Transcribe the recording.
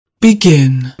Begin